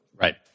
right